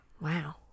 Wow